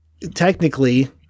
Technically